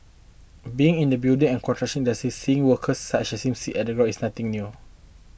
being in the building and construction industry seeing workers such as him sit on the ground is nothing new